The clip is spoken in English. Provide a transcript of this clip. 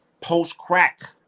post-crack